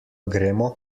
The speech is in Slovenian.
gremo